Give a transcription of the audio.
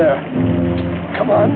there come on